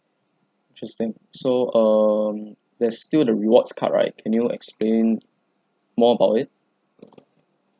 interesting so um there's still the rewards card right can you explain more about it